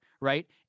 right